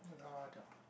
Lada